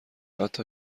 حتی